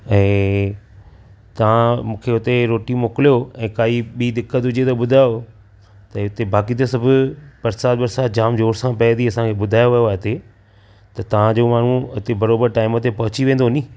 ऐं तव्हां मूंखे हुते रोटी मोकिलियो ऐं काई ॿी दिक़त हुजे त ॿुधायो त हिते बाक़ी त सभु बरिसात वरिसात जामु ज़ोर सां पए थी असांखे ॿुधायो आहे हिते त तव्हांजो माण्हू हिते बरोबरु टाइम ते पहुची वेंदो नी